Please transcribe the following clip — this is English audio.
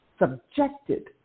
subjected